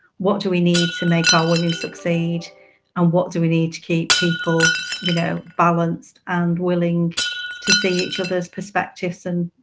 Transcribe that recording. what do we need to make our women succeed and what do we need to keep people you know balanced and willing to see each other's perspectives? and,